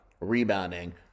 rebounding